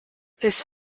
his